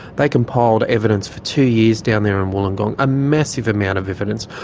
they compiled evidence for two years down there in wollongong, a massive amount of evidence,